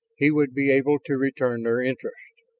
he would be able to return their interest.